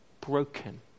broken